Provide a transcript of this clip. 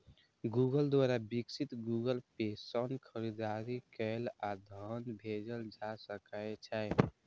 Google द्वारा विकसित Google pay सं खरीदारी कैल आ धन भेजल जा सकै छै